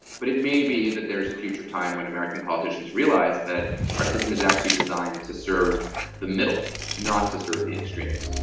but it may be that there's a future time when american politicians realize that our system is actually designed to serve the middle, not to serve the extremes